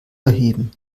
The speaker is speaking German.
erheben